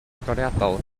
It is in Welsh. agoriadol